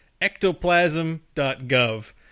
ectoplasm.gov